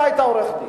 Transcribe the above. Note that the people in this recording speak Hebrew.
אתה היית עורך-דין.